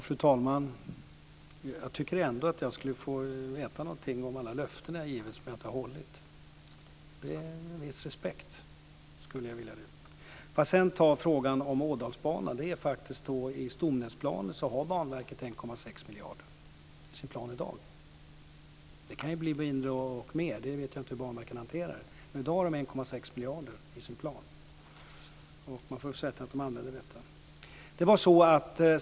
Fru talman! Jag tycker ändå att jag skulle få veta något om alla löften jag givit men inte hållit. Det handlar om en viss respekt. Får jag sedan ta frågan om Ådalsbanan. I stomnätsplanen i dag har Banverket 1,6 miljarder. Det kan bli mindre och det kan bli mer. Jag vet inte hur Banverket hanterar det. I dag har Banverket 1,6 miljarder i sin plan. Man får förutsätta att Banverket använder de pengarna.